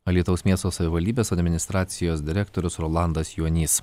alytaus miesto savivaldybės administracijos direktorius rolandas juonys